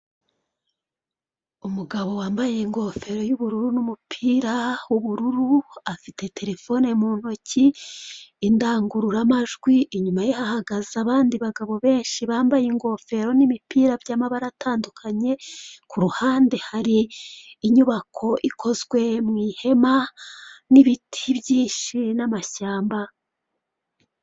umugabo wambaye ingofero y'ubururu n'umupira w'ubururu, afite terefone mu ntoki indangururamajw, i inyuma ye hahagaze abandi bagabo benshi bambaye ingofero n'imipira byamabara atandukanye, kuruhande hari inyubako ikozwe mu ihema nibiti byinshi namashyamba.